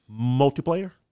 multiplayer